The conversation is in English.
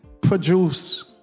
produce